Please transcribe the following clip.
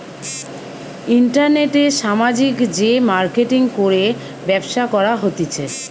ইন্টারনেটে সামাজিক যে মার্কেটিঙ করে ব্যবসা করা হতিছে